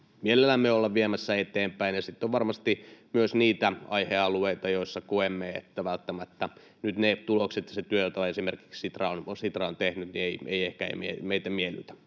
mielellämme olla viemässä eteenpäin, ja sitten on varmasti myös niitä aihealueita, joista koemme, että välttämättä nyt ne tulokset ja se työ, jota esimerkiksi Sitra on tehnyt, eivät ehkä meitä miellytä.